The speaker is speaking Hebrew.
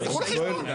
תפתחו לה חשבון.